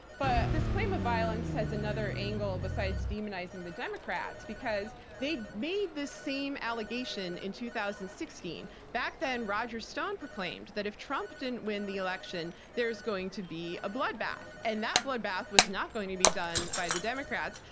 but this claim of violence has another angle besides demonizing the democrats, because they made the same allegation in two thousand and sixteen. back then, roger stone proclaimed that if trump didn't win the election, there is going to be a bloodbath. and that bloodbath was not going to be done by the democrats,